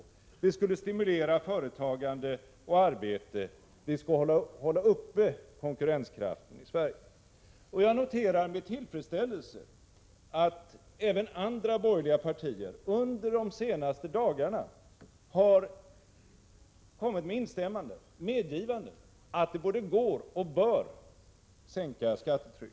Det skulle vidare stimulera företagande och arbete, och det skulle hålla uppe konkurrenskraften i Sverige. Jag noterar med tillfredsställelse att man även från andra borgerliga partier än moderata samlingspartiet under de senaste dagarna har kommit med instämmanden, medgivanden, att det går att sänka skattetrycket och att man bör göra detta.